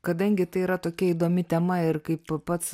kadangi tai yra tokia įdomi tema ir kaip pats